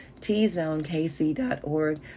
tzonekc.org